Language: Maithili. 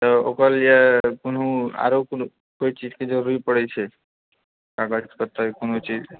तऽ ओकर लिए कोनो आरो कोनो कोइ चीजके जरुरी पड़ैत छै अगर होतै कोनो चीज